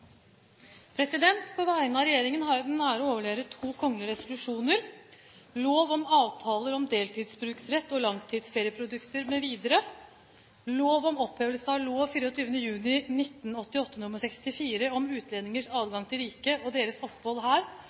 om avtaler om deltidsbruksrett og langtidsferieprodukter mv. proposisjon om opphevelse av lov av 24. juni 1988 nr. 64 om utlendingers adgang til riket og deres opphold her